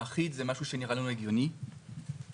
הילה אקרמן, המרכז לשלטון אזורי.